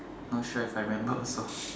not sure if I remember also